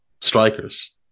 strikers